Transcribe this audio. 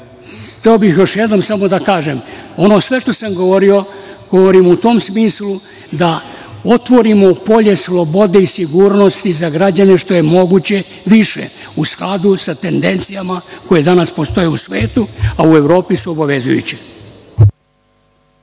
hteo bih još jednom samo da kažem, ono sve što sam govorio, govorim u tom smislu da otvorimo polje slobode i sigurnosti za građane što je moguće više, u skladu sa tendencijama koje danas postoje u svetu, a u Evropi su obavezujuće.